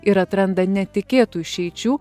ir atranda netikėtų išeičių